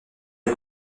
les